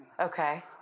Okay